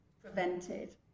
prevented